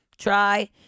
Try